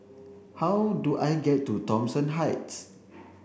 how do I get to Thomson Heights